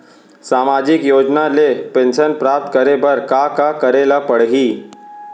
सामाजिक योजना ले पेंशन प्राप्त करे बर का का करे ल पड़ही?